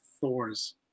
Thor's